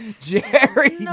Jerry